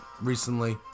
recently